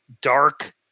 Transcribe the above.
dark